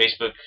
Facebook